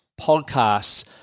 podcasts